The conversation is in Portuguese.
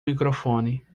microfone